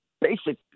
basic